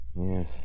Yes